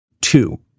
Two